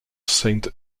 saint